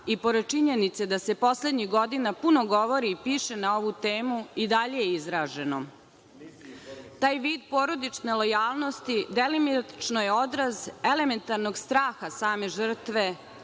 i pored činjenice da se poslednjih godina puno govori i piše na ovu temu, i dalje je izraženo. Taj vid porodične lojalnosti delimično je odraz elementarnog straha same žrtve